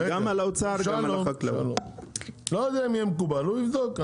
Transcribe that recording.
גם על האוצר --- אני לא יודע אם הוא יהיה מקובל; הוא יבדוק.